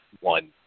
one